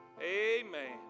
Amen